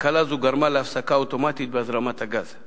תקלה זו גרמה להפסקה אוטומטית של הזרמת הגז.